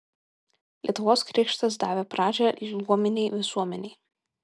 lietuvos krikštas davė pradžią luominei visuomenei